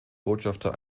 botschafter